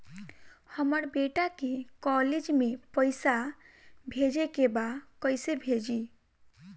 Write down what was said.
हमर बेटा के कॉलेज में पैसा भेजे के बा कइसे भेजी?